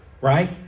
Right